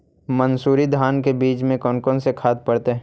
मंसूरी धान के बीज में कौन कौन से खाद पड़तै?